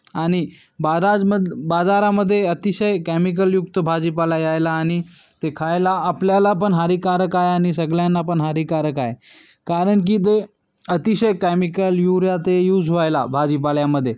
आणि बााराजम बाजारामध्ये अतिशय कॅमिकलयुक्त भाजीपाला यायला आणि ते खायला आपल्याला पण हानिकारक आहे आणि सगळ्यांंना पण हानिकारक आहे कारण की ते अतिशय कॅमिकल युरिया ते यूज व्हायला भाजीपाल्यामध्ये